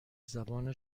زبان